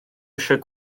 eisiau